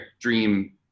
dream